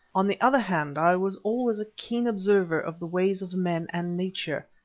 on the other hand, i was always a keen observer of the ways of men and nature.